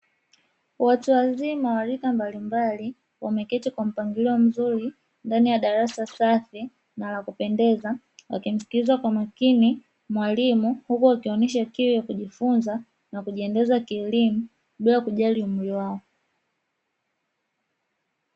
Watu wazima wa rika mbalimbali wameketi kwa mpangilio mzuri ndani ya darasa safi na la kupendeza wakimsikiliza kwa makini mwalimu, huku wakionyesha kiu ya kujifunza na kujiendeleza kielimu bila kujali umri wao.